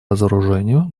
разоружению